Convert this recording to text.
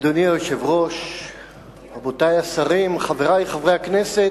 אדוני היושב-ראש, רבותי השרים, חברי חברי הכנסת,